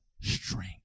strength